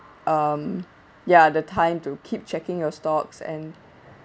um ya the time to keep checking your stocks and